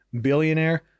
billionaire